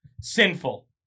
sinful